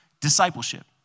discipleship